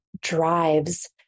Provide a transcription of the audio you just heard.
drives